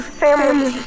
family